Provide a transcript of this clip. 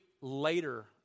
later